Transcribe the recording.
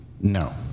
No